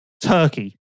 Turkey